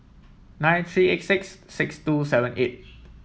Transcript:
nine three eight six six two seven eight